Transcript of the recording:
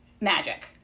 magic